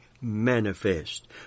manifest